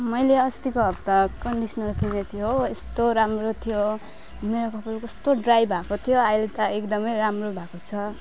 मैले अस्तिको हप्ता कन्डिसनर किनेको थियो हो यस्तो राम्रो थियो मेरो कपाल कस्तो ड्राई भएको थियो अहिले त एकदम राम्रो भएको छ